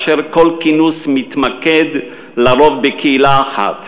וכל כינוס התמקד לרוב בקהילה אחת.